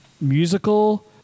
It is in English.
musical